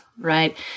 right